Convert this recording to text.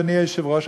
אדוני היושב-ראש,